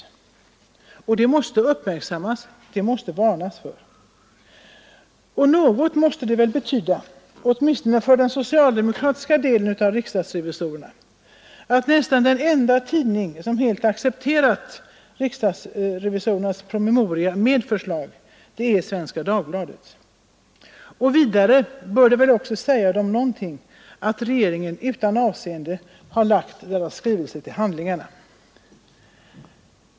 Detta är något som man måste uppmärksamma och varna för. Något måste det väl betyda, åtminstone för den socialdemokratiska delen av riksdagsrevisorerna, att nästan den enda tidning som helt accepterat riksdagsrevisorernas promemoria med förslag är Svenska Dagbladet. Vidare bör det väl också säga riksdagsrevisorerna någonting att regeringen utan beaktande lagt deras skrivelse till handlingarna.